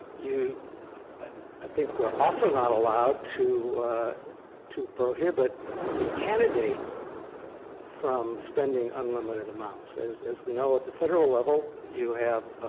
i think we are also not allowed to to prohibit a candidate from spending unlimited amounts. as as we know at the federal level, you have